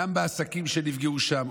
גם בעסקים שנפגעו שם,